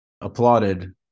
applauded